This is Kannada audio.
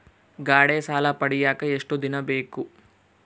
ಗಾಡೇ ಸಾಲ ಪಡಿಯಾಕ ಎಷ್ಟು ದಿನ ಬೇಕು?